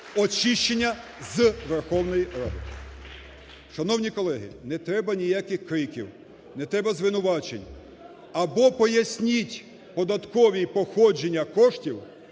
очищення Верховної Ради. Шановні колеги, не треба ніяких криків, не треба звинувачень. Або поясність податковій походження коштів,